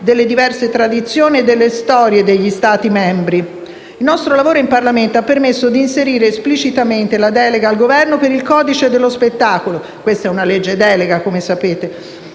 delle diverse tradizioni e delle storie degli Stati membri. Il nostro lavoro in Parlamento ha permesso di inserire esplicitamente la delega al Governo per il codice dello spettacolo - questa, come sapete,